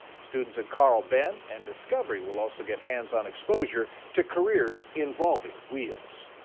students at carl-ben and discovery will also get hands-on exposure to careers involving wheels.